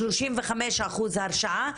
35 אחוז הרשעה,